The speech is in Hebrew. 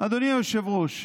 אדוני היושב-ראש,